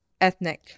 ethnic